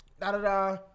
da-da-da